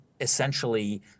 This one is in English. essentially